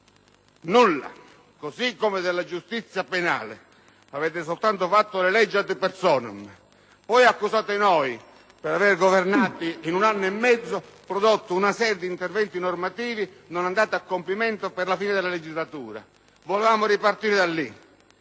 nulla, così come della giustizia penale. Avete soltanto fatto leggi *ad* *personam*, poi accusate noi per aver governato un anno e mezzo e prodotto una serie di interventi normativi non andati a compimento per la fine della legislatura. Volevamo ripartire da lì.